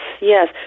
yes